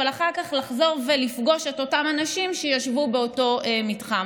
אבל אחר כך לחזור ולפגוש את אותם אנשים שישבו באותו מתחם.